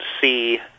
see